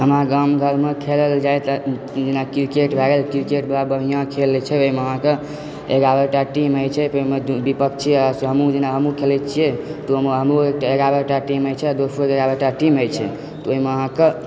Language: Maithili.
अपना गाम घरमे खेलल जाइत जेना क्रिकेट भए गेल क्रिकेट बड़ा बढ़िआँ खेल होइत छै ओहिमे अहाँके एगारहटा टीम होइत छै एहिमे विपक्षी आओर हमहुँ जेना हमहुँ खेलै छियै तऽ हमरो एगारहटा टीम होइत छै आओर दोसरो एगारह टा टीम होइत छै तऽ ओहिमे अहाँके